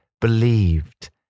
believed